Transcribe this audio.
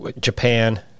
japan